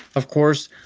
of course,